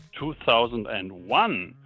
2001